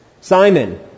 Simon